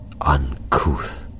uncouth